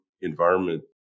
environment